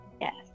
yes